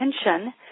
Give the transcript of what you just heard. attention